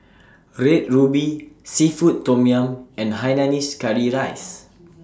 Red Ruby Seafood Tom Yum and Hainanese Curry Rice